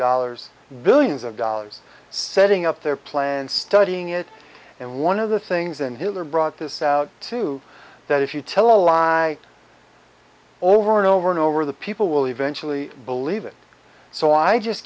dollars billions of dollars setting up their plan and studying it and one of the things and hitler brought this out too that if you tell a lie over and over and over the people will eventually believe it so i just